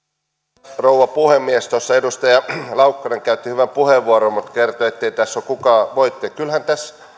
arvoisa rouva puhemies tuossa edustaja laukkanen käytti hyvän puheenvuoron mutta kertoi ettei tässä ole kukaan voittaja kyllähän tässä on